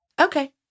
Okay